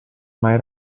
mai